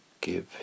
give